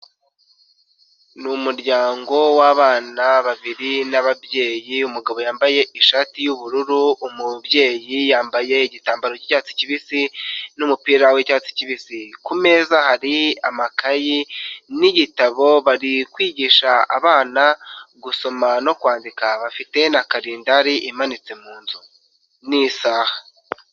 Ni umuryango w'abana babiri n'ababyeyi, umugabo yambaye ishati y'ubururu, umubyeyi yambaye igitambaro cy'icyatsi kibisi n'umupira w'icyatsi kibisi, ku meza hari amakayi n'igitabo, bari kwigisha abana gusoma no kwandika, bafite na karindandari imanitse mu nzu n'isaha.